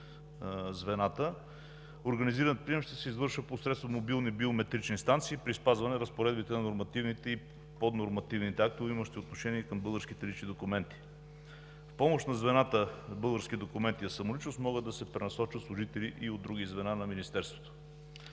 Организираният прием ще се извършва посредством мобилни биометрични станции при спазване на разпоредбите на нормативните и поднормативните актове, имащи отношение към българските лични документи. В помощ на звената „Българските документи за самоличност“ могат да се пренасочат служители и от други звена на Министерството.